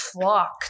flock